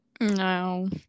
No